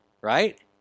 right